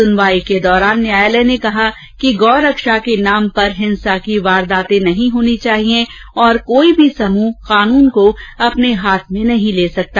सुनवाई के दौरान न्यायालय ने कहा कि गौरक्षा के नाम पर हिंसा की वारदातें नहीं होनी चाहिए और कोई भी समूह कानून को अपने हाथ में नहीं ले सकता